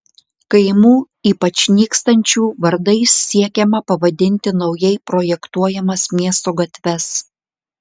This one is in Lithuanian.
kaimų ypač nykstančių vardais siekiama pavadinti naujai projektuojamas miesto gatves